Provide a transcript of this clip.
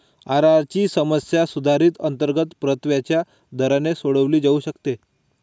IRR ची समस्या सुधारित अंतर्गत परताव्याच्या दराने सोडवली जाऊ शकते